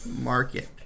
market